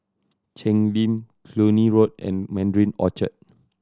Cheng Lim Cluny Road and Mandarin Orchard